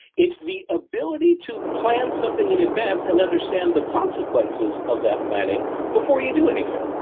it's the ability to plan something in advance and understand the consequences of that planning before you do anything.